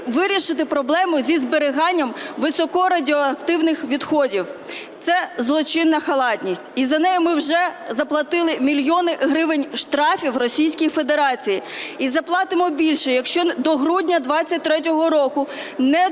вирішити проблему зі зберіганням високорадіоактивних відходів. Це злочинна халатність, і за неї ми вже заплатили мільйони гривень штрафів Російській Федерації. І заплатимо більше, якщо до грудня 23-го року не добудуємо